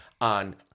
on